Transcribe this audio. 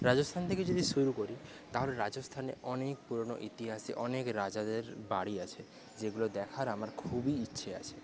রাজস্থান থেকে যদি শুরু করি তাহলে রাজস্থানে অনেক পুরোনো ইতিহাসে অনেক রাজাদের বাড়ি আছে যেগুলো দেখার আমার খুবই ইচ্ছে আছে